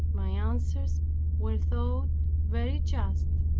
my answers were thought very just,